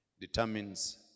Determines